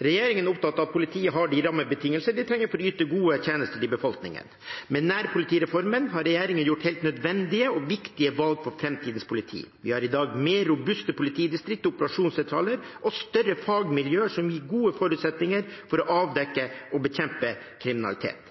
Regjeringen er opptatt av at politiet har de rammebetingelser de trenger for å yte gode tjenester til befolkningen. Med nærpolitireformen har regjeringen gjort helt nødvendige og viktige valg for framtidens politi. Vi har i dag mer robuste politidistrikter og operasjonssentraler og større fagmiljøer som gir gode forutsetninger for å avdekke og bekjempe kriminalitet.